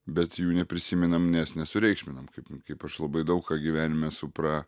bet jų neprisimenam nes nesureikšminam kaip kaip aš labai daug ką gyvenime esu pra